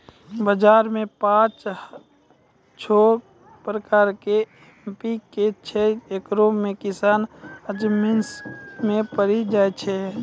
बाजार मे पाँच छह प्रकार के एम.पी.के छैय, इकरो मे किसान असमंजस मे पड़ी जाय छैय?